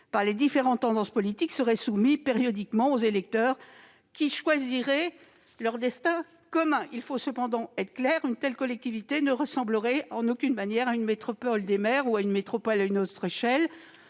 par les diverses tendances politiques seraient périodiquement soumis aux électeurs qui choisiraient leur destin commun. Il faut cependant être clair : une telle collectivité ne ressemblerait en aucune manière à une métropole des maires, ou à une métropole à un autre échelon,